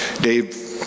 Dave